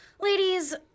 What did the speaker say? Ladies